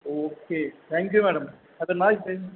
okay thank you madam आता